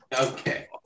Okay